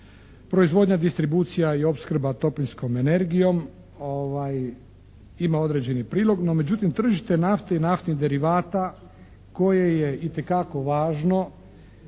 Proizvodnja, distribucija i opskrba toplinskom energijom ima određeni prilog no međutim tržište nafte i naftnih derivata koje je itekako važno